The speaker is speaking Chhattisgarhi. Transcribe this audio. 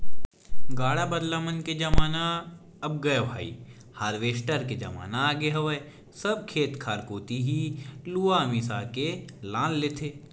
गाड़ा बदला मन के जमाना अब गय भाई हारवेस्टर के जमाना आगे हवय सब खेत खार कोती ही लुवा मिसा के लान देथे